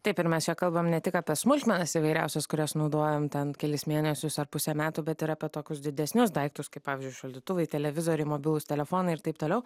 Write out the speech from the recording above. taip ir mes kalbame ne tik apie smulkmenas įvairiausias kurias naudojam ten kelis mėnesius ar pusę metų bet ir apie tokius didesnius daiktus kaip pavyzdžiui šaldytuvai televizoriai mobilūs telefonai ir taip toliau